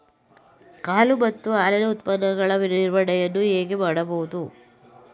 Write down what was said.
ಹಾಲು ಮತ್ತು ಹಾಲಿನ ಉತ್ಪನ್ನಗಳ ನಿರ್ವಹಣೆಯನ್ನು ಹೇಗೆ ಮಾಡಬಹುದು?